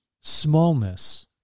smallness